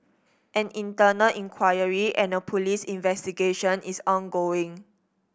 an internal inquiry and a police investigation is ongoing